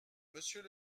monsieur